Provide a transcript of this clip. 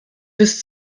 bis